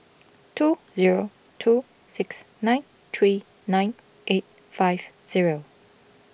two zero two six nine three nine eight five zero